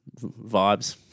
vibes